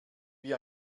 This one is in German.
wie